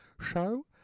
show